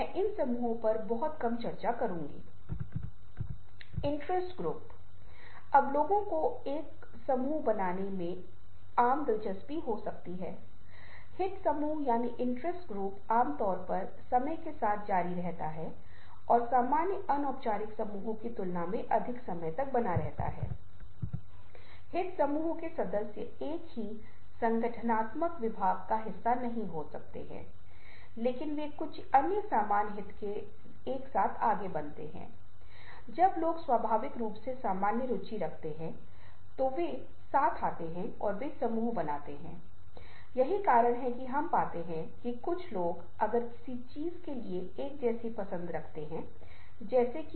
multimedia संचार के प्रतिपादकों मे से एक रिचर्ड मेयरमल्टीमीडिया संचार है और आप इस स्लाइड के अंत में उनका संदर्भ प्राप्त करते हैं विभिन्न चीजों के बारे में बात करते हैं जो तब काम करती हैं जब आप चित्र पाठ या चित्र पाठ और एनिमेशन एक साथ रख रहे होते हैं और मैं मूल साझा करूंगा इसका सार और लिंक प्रदान किया गया है जिसे आप देख सकते हैं और उस पर एक नज़र डाल सकते हैं जो आपको कुछ अंतर्दृष्टि प्रदान करेगा कि आपको इसे और अधिक रोचक और अधिक रोमांचक बनाने के लिए छवियों और ग्रंथों और एनिमेशन को एक साथ कैसे जोड़ना चाहिए